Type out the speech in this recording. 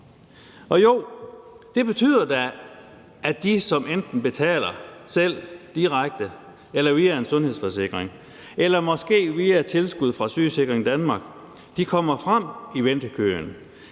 Og jo, det betyder da, at de, som enten betaler selv direkte eller via en sundhedsforsikring eller måske via tilskud fra Sygeforsikringen »danmark«, kommer frem i ventekøen,